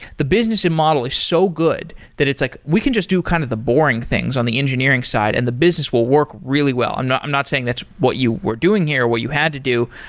the business and model is so good that it's like, we can just do kind of the boring things on the engineering side and the business will work really well. i'm not i'm not saying that's what you were doing here, what you had to do,